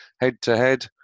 head-to-head